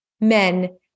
men